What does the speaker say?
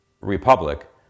republic